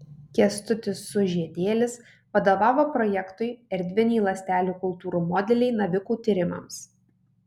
kęstutis sužiedėlis vadovavo projektui erdviniai ląstelių kultūrų modeliai navikų tyrimams